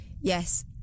Yes